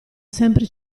sempre